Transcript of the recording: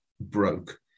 broke